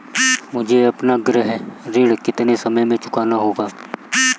मुझे अपना गृह ऋण कितने समय में चुकाना होगा?